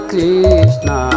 Krishna